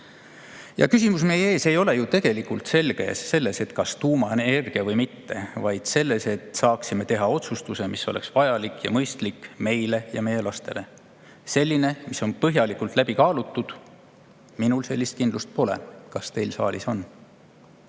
Küsimus meie ees ei ole ju tegelikult selles, kas tuumaenergia või mitte, vaid selles, et saaksime teha otsustuse, mis oleks vajalik ja mõistlik meile ja meie lastele, selline, mis on põhjalikult läbi kaalutud. Minul sellist kindlust pole. Kas teil saalis on?